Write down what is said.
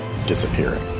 Disappearing